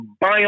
bio